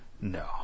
No